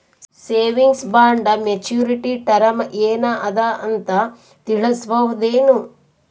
Savings bond maturity term ಏನ ಅದ ಅಂತ ತಿಳಸಬಹುದೇನು?